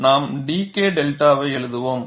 நாம் dK 𝛅 வை எழுதுவோம்